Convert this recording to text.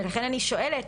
לכן אני שואלת,